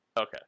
Okay